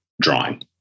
drawing